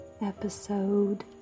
episode